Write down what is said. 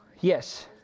Yes